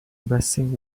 blessing